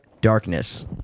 Darkness